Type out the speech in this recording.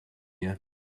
here